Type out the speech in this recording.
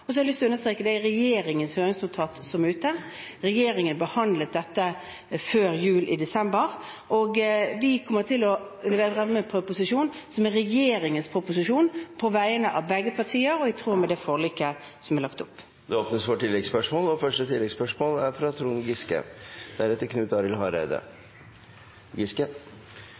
Så har jeg lyst til å understreke at det er regjeringens høringsnotat som er ute. Regjeringen behandlet dette før jul, i desember, og vi kommer til å fremme en proposisjon som er regjeringens proposisjon på vegne av begge partier og i tråd med det forliket som foreligger. Det blir oppfølgingsspørsmål – først Trond Giske. Det er helt utrolig å høre statsministeren kritisere Arbeiderpartiet for